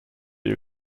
you